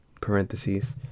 parentheses